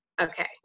okay